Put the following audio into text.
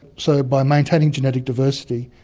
so by maintaining genetic diversity,